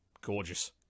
Gorgeous